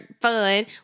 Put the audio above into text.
fun